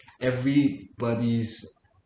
Everybody's